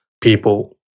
people